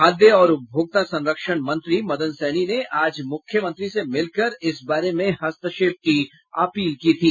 खाद्य और उपभोक्ता संरक्षण मंत्री मदन सहनी ने आज मुख्यमंत्री से मिलकर इस बारे में हस्तक्षेप की अपील की थी